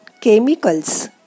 chemicals